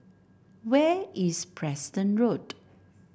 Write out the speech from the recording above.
where is Preston Road